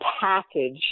package